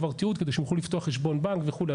את התיעוד כדי שיוכלו לפתוח חשבון בנק וכולי.